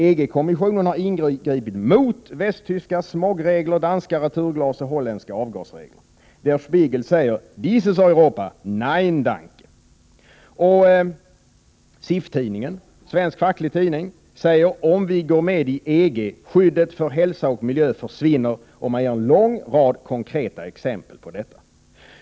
EG-kommissionen har ingripit mot västtyska smogregler, danska returglas och holländska avgasregler. Der Spiegel säger: Dieses Europa? Nein danke. I den svenska fackliga tidningen SIF-tidningen sägs följande. ”Om vi går medi EG: Skyddet för hälsa och miljö försvinner.” Tidningen ger en lång rad konkreta exempel på detta.